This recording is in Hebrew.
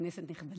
כנסת נכבדה,